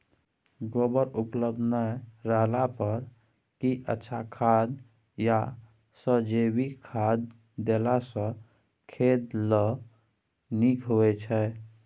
गोबर उपलब्ध नय रहला पर की अच्छा खाद याषजैविक खाद देला सॅ फस ल नीक होय छै?